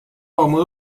oma